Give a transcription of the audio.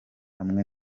hamwe